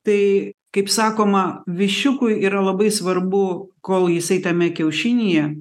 tai kaip sakoma viščiukui yra labai svarbu kol jisai tame kiaušinyje